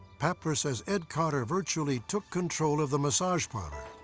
papler says ed carter virtually took control of the massage parlor.